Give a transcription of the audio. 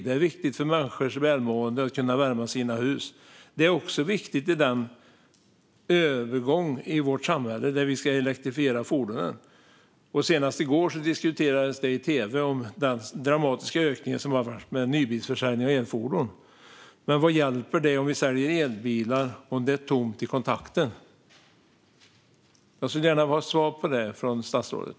Det är viktigt för människors välmående och för att de ska kunna värma sina hus. Det är också viktigt i den övergång i vårt samhälle som innebär att vi ska elektrifiera fordonen. Senast i går diskuterades i tv den dramatiska ökningen i nybilsförsäljningen av elfordon. Men vad hjälper det att sälja elbilar om det är tomt i kontakten? Jag vill gärna få ett svar på det från statsrådet.